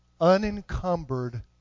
unencumbered